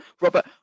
Robert